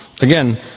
again